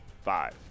five